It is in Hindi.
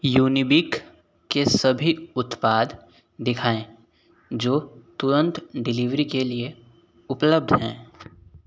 युनिबिक के सभी उत्पाद दिखाएँ जो तुरंत डिलीवरी के लिए उपलब्ध है